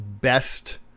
best